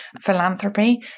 philanthropy